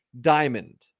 diamond